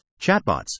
chatbots